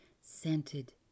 scented